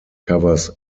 covers